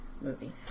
movie